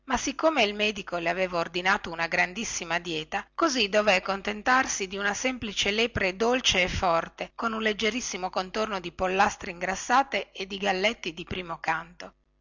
ma siccome il medico le aveva ordinato una grandissima dieta così dové contentarsi di una semplice lepre dolce e forte con un leggerissimo contorno di pollastre ingrassate e di galletti di primo canto